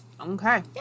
Okay